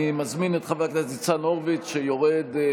אני מזמין את חבר הכנסת ניצן הורוביץ, שיורד.